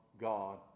God